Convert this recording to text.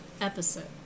episode